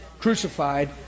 Crucified